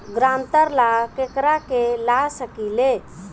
ग्रांतर ला केकरा के ला सकी ले?